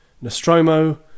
Nostromo